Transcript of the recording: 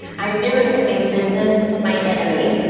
i really had made business my enemy.